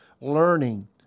learning